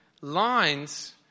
lines